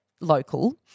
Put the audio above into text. local